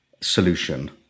solution